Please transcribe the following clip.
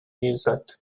music